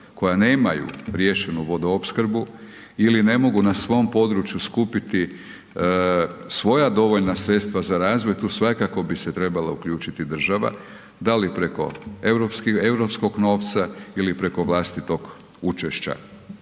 koja nemaju rješenju vodoopskrbu ili ne mogu na svom području skupiti svoja dovoljna sredstva za razvoj tu svakako bi se trebala uključiti država, dali preko europskog novca ili preko vlastitog učešća.